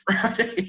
Friday